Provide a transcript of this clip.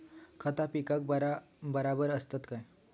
खता पिकाक बराबर आसत काय?